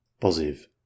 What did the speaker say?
Positive